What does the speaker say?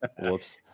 Whoops